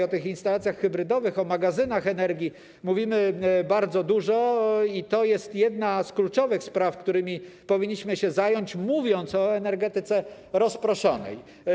O tych instalacjach hybrydowych, o magazynach energii mówimy bardzo dużo i to jest jedna z kluczowych spraw, którymi powinniśmy się zająć, mówiąc o energetyce rozproszonej.